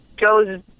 goes